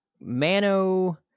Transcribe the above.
Mano